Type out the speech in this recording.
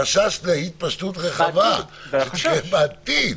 חשש להתפשטות רחבה, זה בעתיד.